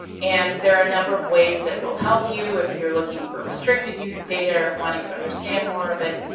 and there are a number of ways that will help you if you're looking for restricted use data or wanting to understand more of it,